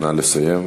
נא לסיים.